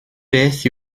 beth